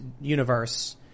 universe